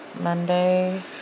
Monday